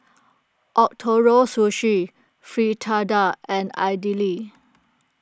Ootoro Sushi Fritada and Idili